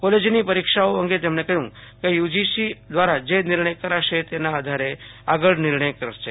કોલેજની પરીક્ષાઓ અંગે તેમણે કહ્યું કે યુજીસી દ્વારા જે નિર્ણય કરશે તેના આધારે આગળ નિર્ણય કરશે